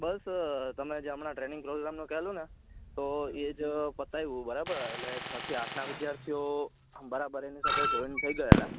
બસ તમે જે હમણાં ટ્રેનીગ પ્રોગ્રામનું કહેલું ને તો એજ પતાવ્યું બરાબર એટલે છથી આઠના વિધ્યાર્થીઓ આમ બરાબર એની સાથે જોઇન થઈ ગએલા